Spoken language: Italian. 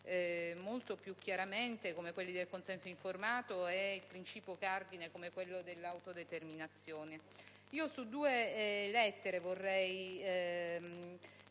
molto più chiaramente princìpi come quelli del consenso informato e un principio cardine come quello dell'autodeterminazione. Su due lettere vorrei